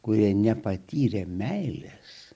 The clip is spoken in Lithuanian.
kurie nepatyrė meilės